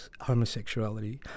homosexuality